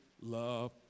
love